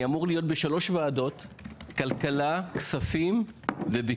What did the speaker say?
אני רוצה לשמוע הסברים וכן מה נעשה או מה